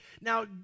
Now